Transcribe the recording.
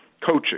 coaching